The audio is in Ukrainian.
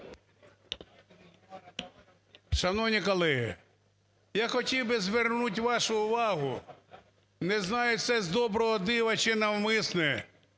Шановні колеги, я хотів би звернути вашу увагу, не знаю це з доброго дива чи навмисно,